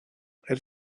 elle